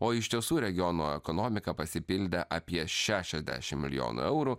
o iš tiesų regiono ekonomika pasipildė apie šešiasdešim milijonų eurų